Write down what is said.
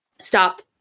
stop